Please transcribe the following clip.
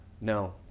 No